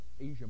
Asia